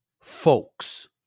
folks